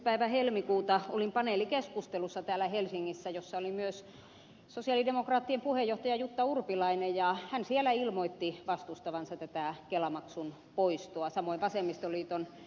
päivänä helmikuuta olin paneelikeskustelussa täällä helsingissä jossa oli myös sosialidemokraattien puheenjohtaja jutta urpilainen ja siellä hän ilmoitti vastustavansa tätä kelamaksun poistoa samoin vasemmistoliiton ed